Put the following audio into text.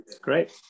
Great